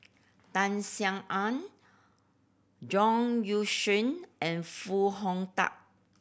Tan Sin Aun Zhang Youshuo and Foo Hong Tatt